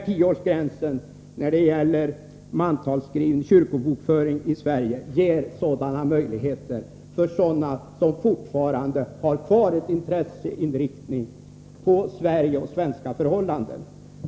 Tioårsgränsen när det gäller kyrkobokföring i Sverige ger sådana möjligheter för dem som fortfarande har kvar ett intresse för Sverige och svenska förhållanden.